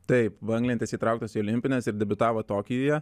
taip banglentės įtrauktos į olimpines ir debiutavo tokijuje